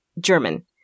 German